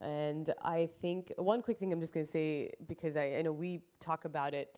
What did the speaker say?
and i think one quick thing i'm just going to say because i know and we talk about it